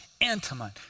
intimate